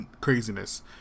craziness